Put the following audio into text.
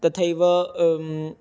तथैव